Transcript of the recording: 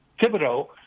Thibodeau